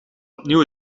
opnieuw